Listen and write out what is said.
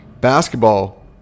basketball